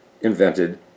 Invented